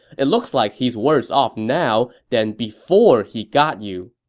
it looks like he's worse off now than before he got you.